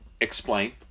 explain